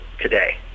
today